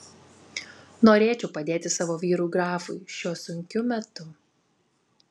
norėčiau padėti savo vyrui grafui šiuo sunkiu metu